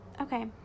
okay